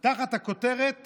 תחת הכותרת